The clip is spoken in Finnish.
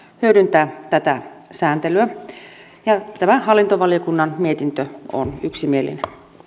hyödyntää tätä sääntelyä tämä hallintovaliokunnan mietintö on yksimielinen